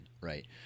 Right